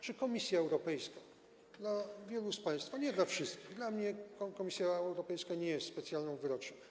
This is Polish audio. Czy Komisja Europejska, dla wielu z państwa, nie dla wszystkich, dla mnie Komisja Europejska nie jest specjalną wyrocznią.